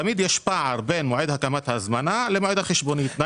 תמיד יש פער בין מועד הקמת ההזמנה למועד החשבונית.